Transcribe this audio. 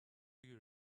you